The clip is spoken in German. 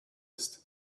ist